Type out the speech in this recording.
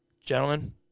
Gentlemen